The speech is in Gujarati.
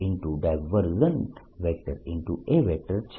A છે